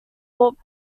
brought